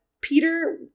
Peter